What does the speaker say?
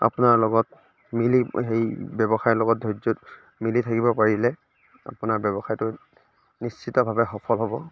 আপোনাৰ লগত মিলি হেৰি ব্য়ৱসায়ৰ লগত ধৈৰ্যত মিলি থাকিব পাৰিলে আপোনাৰ ব্য়ৱসায়টো নিশ্চিতভাৱে সফল হ'ব